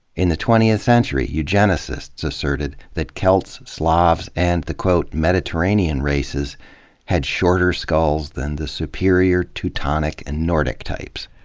in the twentieth century, eugenicists asserted that celts, slavs and the quote, mediterranean races had shorter skulls than the superior teutonic and nordic types.